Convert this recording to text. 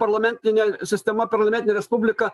parlamentinė sistema parlamentinė respublika